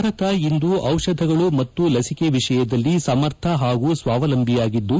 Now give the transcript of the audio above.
ಭಾರತ ಇಂದು ದಿಷಧಗಳು ಮತ್ತು ಲಸಿಕೆ ವಿಷಯದಲ್ಲಿ ಸಮರ್ಥ ಹಾಗೂ ಸ್ವಾವಲಂಬಿ ಆಗಿದ್ದು